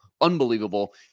unbelievable